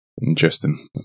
Interesting